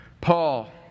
Paul